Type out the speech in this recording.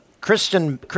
Kristen